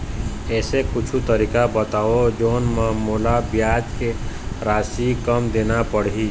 ऐसे कुछू तरीका बताव जोन म मोला ब्याज के राशि कम देना पड़े?